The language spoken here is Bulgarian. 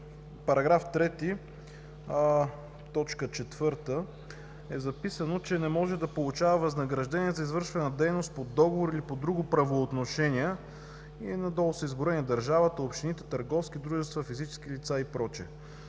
В § 3, т. 4 е записано, че „не може да получава възнаграждение за извършена дейност по договор или по друго правоотношение“ и надолу са изброени държавата, общините, търговски дружества, физически лица и